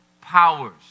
powers